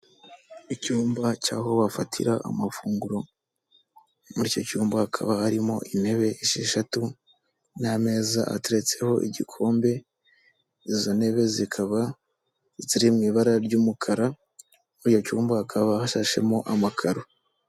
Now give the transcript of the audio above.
icyumba cy'aho bafatira amafunguro, muri iki cyumba hakaba harimo intebe esheshatu n'ameza ateretseho igikombe, izo ntebe zikaba ziri mu ibara ry'umukara, muri icyo cyumba hakaba hashashemo amakaro.